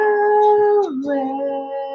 away